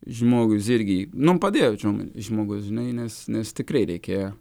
žmogui zirgi nu padėjo čia žmogus žinai nes nes tikrai reikėjo